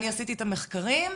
עשיתי את המחקרים.